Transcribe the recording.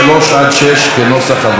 6,